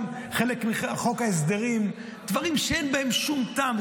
גם חלק מחוק ההסדרים, דברים שאין בהם שום טעם.